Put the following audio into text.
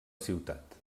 ciutat